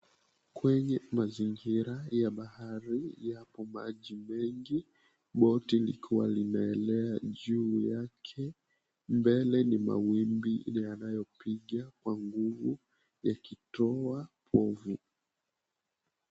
Kwenye mazingira ya bahari yapo maji mengi, boti likiwa limeelea juu yake. Mbele ni mawimbi yanayopiga kwa nguvu yakitoa povu.